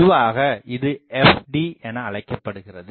பொதுவாக இது fd எனஅழைக்கப்படுகிறது